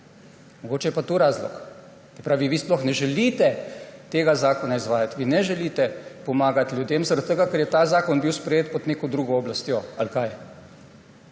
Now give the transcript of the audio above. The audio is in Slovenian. Mogoče je pa to razlog. Se pravi, vi sploh ne želite tega zakona izvajat, vi ne želite pomagati ljudem zaradi tega, ker je ta zakon bil sprejet pod neko drugo oblastjo. To je